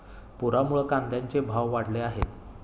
पुरामुळे कांद्याचे भाव वाढले आहेत